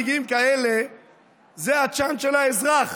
זה הצ'אנס של האזרח.